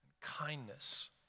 kindness